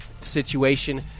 situation